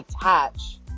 attach